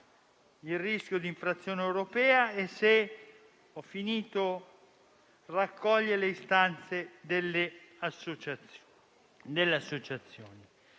il rischio di infrazione europea e se raccoglie le istanze delle associazioni.